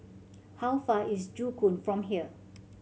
how far is Joo Koon from here